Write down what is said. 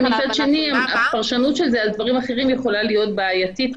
ומצד שני הפרשנות של זה על דברים אחרים יכולה להיות בעייתית.